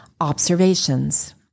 Observations